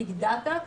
ביג דאטה,